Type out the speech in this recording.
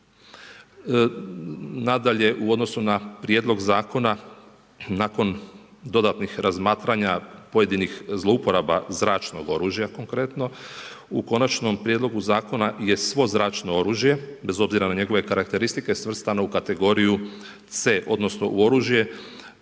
Nadalje u odnosu na Prijedlog zakona nakon dodatnih razmatranja pojedinih zlouporaba zračnog oružja konkretno u Konačnom prijedlogu zakona je svo zračno oružje bez obzira na njegove karakteristike svrstano u kategoriju C odnosno u oružje